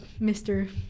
Mr